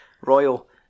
Royal